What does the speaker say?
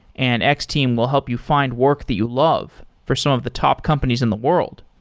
and x-team will help you find work that you love for some of the top companies in the world.